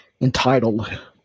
entitled